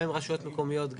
גם עם רשויות מקומיות,